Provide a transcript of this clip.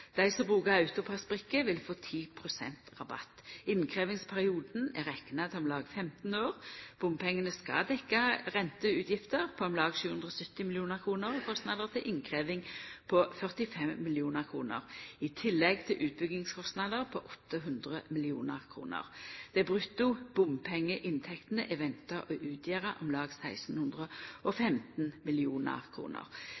som bruker AutoPASS-brikke, vil få 10 pst. rabatt. Innkrevjingsperioden er rekna til om lag 15 år. Bompengane skal dekkja renteutgifter på om lag 770 mill. kr og kostnader til innkrevjing på 45 mill. kr, i tillegg til utbyggingskostnader på 800 mill. kr. Dei brutto bompengeinntektene er venta å utgjera om lag